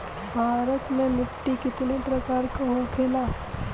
भारत में मिट्टी कितने प्रकार का होखे ला?